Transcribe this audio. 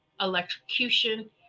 electrocution